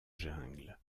jungle